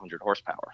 horsepower